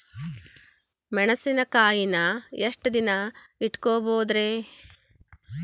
ಮೆಣಸಿನಕಾಯಿನಾ ಎಷ್ಟ ದಿನ ಇಟ್ಕೋಬೊದ್ರೇ?